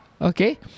okay